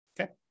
okay